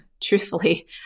truthfully